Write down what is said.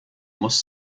muss